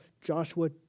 Joshua